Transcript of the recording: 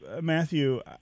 Matthew